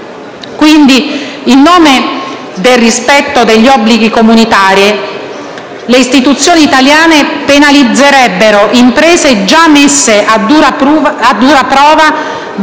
Quindi, in nome del rispetto degli obblighi comunitari, le istituzioni italiane penalizzerebbero imprese già messe a dura prova da